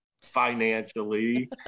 financially